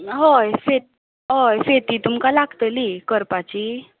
हय सेटी हय सेटी तुमकां लागतली करपाची